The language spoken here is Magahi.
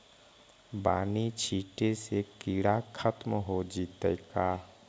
बानि छिटे से किड़ा खत्म हो जितै का?